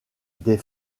des